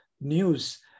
news